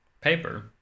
paper